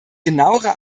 genauere